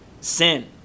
sin